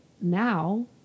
now